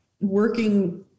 working